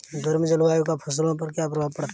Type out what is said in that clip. गर्म जलवायु का फसलों पर क्या प्रभाव पड़ता है?